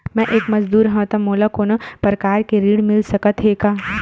मैं एक मजदूर हंव त मोला कोनो प्रकार के ऋण मिल सकत हे का?